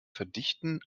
verdichten